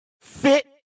fit